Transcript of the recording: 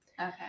Okay